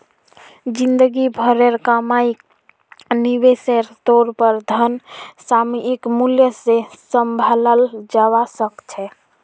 जिंदगी भरेर कमाईक निवेशेर तौर पर धन सामयिक मूल्य से सम्भालाल जवा सक छे